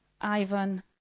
Ivan